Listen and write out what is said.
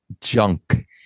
junk